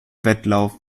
wettlauf